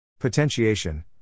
Potentiation